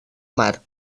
mar